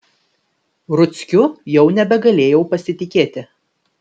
ruckiu jau nebegalėjau pasitikėti